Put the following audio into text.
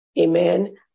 Amen